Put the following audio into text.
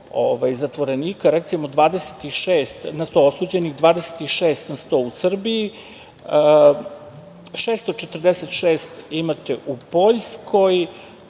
zatvorenika, recimo, 26 na 100 osuđenih, 26 na 100 u Srbiji, 646 imate u Poljskoj,